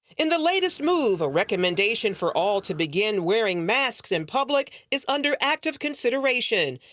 in the latest move a recommendation for all to begin wearing masks in public is under active consideration.